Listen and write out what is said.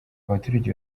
abaturage